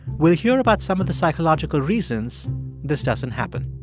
we'll hear about some of the psychological reasons this doesn't happen.